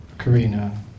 Karina